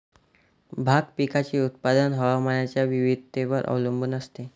भाग पिकाचे उत्पादन हवामानाच्या विविधतेवर अवलंबून असते